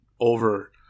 over